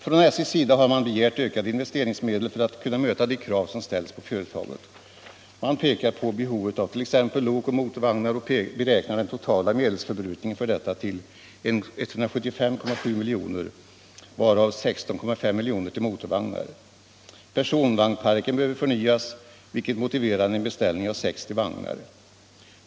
Från SJ:s sida har man begärt ökade investeringsmedel för att kunna möta de krav som ställs på företaget. Man pekar på behovet av t.ex. lok och motorvagnar och beräknar den totala medelsförbrukningen för detta till 175,7 milj.kr., varav 16,5 milj.kr. till motorvagnar. Personvagnsparken behöver förnyas, vilket motiverar en beställning av 60 vagnar.